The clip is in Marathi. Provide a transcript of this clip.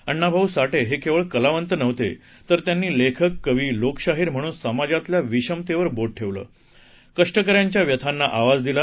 अण्णाभाऊ साठे हे केवळ कलावंत नव्हते तर त्यांनी लेखक कवी लोकशाहीर म्हणून समाजातल्या विषमतेवर बोट ठेवलं कष्टकऱ्यांच्या व्यथांना आवाज दिला